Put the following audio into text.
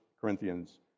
Corinthians